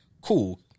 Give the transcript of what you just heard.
Cool